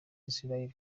israel